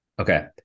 Okay